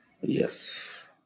Yes